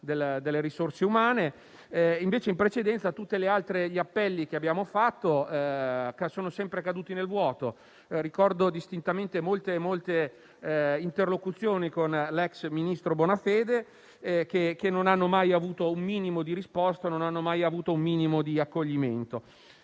Grazie a tutti